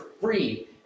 free